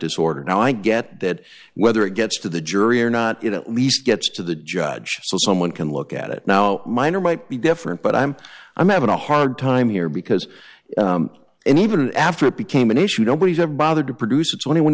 disorder now i get that whether it gets to the jury or not it at least gets to the judge so someone can look at it now minor might be different but i'm i'm having a hard time here because and even after it became an issue nobody's ever bothered to produce a twenty one